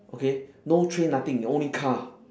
okay no train nothing you only car